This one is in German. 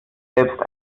selbst